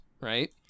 right